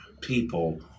people